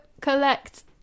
collect